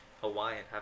Hawaiian